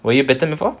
were you bitten before